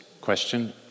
question